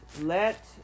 Let